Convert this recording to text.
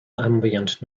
ambient